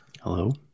Hello